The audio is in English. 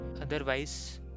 Otherwise